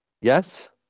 Yes